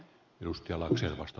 arvoisa puhemies